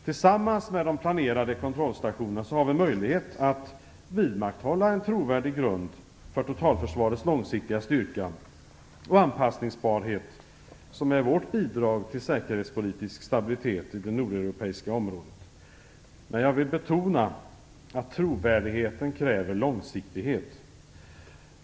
Tillsammans med de planerade kontrollstationerna har vi möjlighet att vidmakthålla en trovärdig grund för totalförsvarets långsiktiga styrka och anpassningsbarhet som är vårt bidrag till säkerhetspolitisk stabilitet i det nordeuropeiska området. Men jag vill betona att trovärdigheten kräver långsiktighet.